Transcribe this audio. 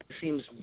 seems